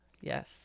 Yes